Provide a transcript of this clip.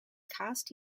cast